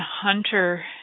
hunter